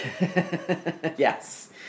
Yes